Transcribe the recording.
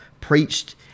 preached